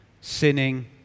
sinning